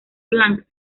blanc